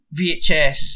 VHS